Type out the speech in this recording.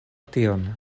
tion